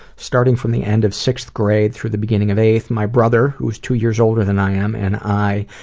starting from the end of sixth grade through the beginning of eighth, my brother, who's two years older than i am, and i,